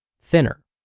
thinner